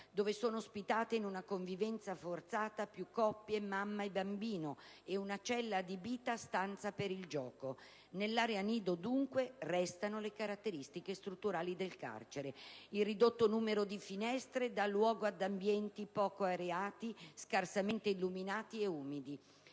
(dove sono ospitate in una convivenza forzata più coppie mamma-bambino) e una cella adibita a stanza per il gioco. Nell'area nido, dunque, restano le caratteristiche strutturali del carcere: il ridotto numero di finestre dà luogo ad ambienti poco areati, scarsamente illuminati e umidi.